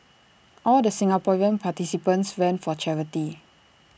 all the Singaporean participants ran for charity